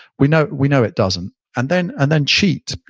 we know we know it doesn't. and then and then cheat.